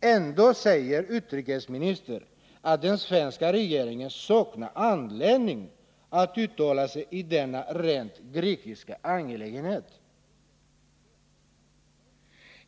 Ändå säger utrikesministern att den svenska regeringen saknar anledning att uttala sig i denna rent grekiska angelägenhet.